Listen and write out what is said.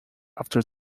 after